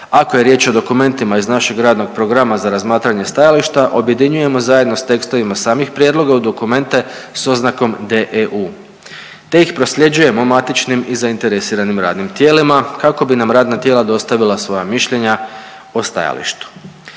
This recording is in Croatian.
ako je riječ o dokumentima iz našeg radnog programa za razmatranje stajališta objedinjujemo zajedno sa tekstovima samih prijedloga u dokumente sa oznakom DEU te ih prosljeđujemo matičnim i zainteresiranim radnim tijelima kako bi nam radna tijela dostavila svoja mišljenja o stajalištu.